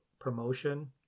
promotion